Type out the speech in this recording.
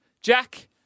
Jack